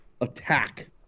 attack